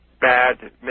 bad